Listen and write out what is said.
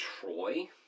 Troy—